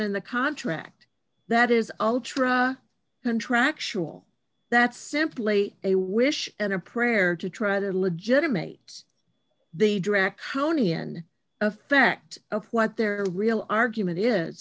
in the contract that is ultra contractual that's simply a wish and a prayer to try to legitimate the dracs county an effect of what their real argument is